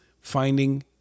finding